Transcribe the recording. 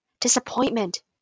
Disappointment